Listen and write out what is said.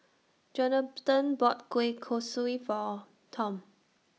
Johathan bought Kueh Kaswi For Tom